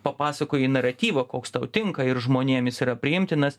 papasakoji naratyvą koks tau tinka ir žmonėms jis yra priimtinas